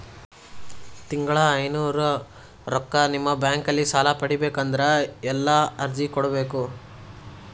ತಿಂಗಳ ಐನೂರು ರೊಕ್ಕ ನಿಮ್ಮ ಬ್ಯಾಂಕ್ ಅಲ್ಲಿ ಸಾಲ ಪಡಿಬೇಕಂದರ ಎಲ್ಲ ಅರ್ಜಿ ಕೊಡಬೇಕು?